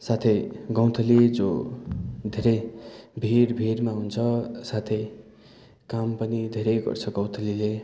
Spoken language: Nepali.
साथै गौँथली जो भिर भिरमा हुन्छ साथै काम पनि धेरै गर्छ गौँथलीले